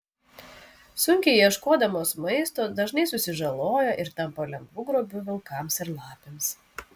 sunkiai ieškodamos maisto dažnai susižaloja ir tampa lengvu grobiu vilkams ir lapėms